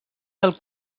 del